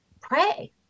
pray